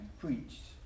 preached